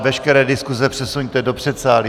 Veškeré diskuze přesuňte do předsálí.